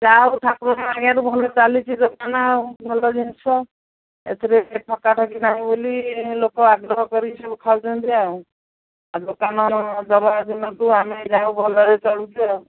ଯା ହଉ ଠାକୁରଙ୍କ ଦୟାରୁ ଭଲ ଚାଲିଛି ଦୋକାନ ଆଉ ଭଲ ଜିନିଷ ଏଥିରେ ଏତେ ଠକା ଠକି ନାହିଁ ବୋଲି ଲୋକ ଆଗ୍ରହ କରିକି ସବୁ ଖାଉଛନ୍ତି ଆଉ ଦୋକାନ ଘର କରିବା ଦିନ ଠୁ ଆମେ ଯାହା ହଉ ଭଲରେ ଚଳୁଛୁ ଆଉ